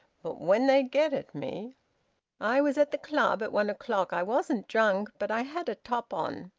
but when they get at me i was at the club at one o'clock. i wasn't drunk, but i had a top on.